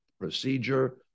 procedure